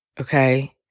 okay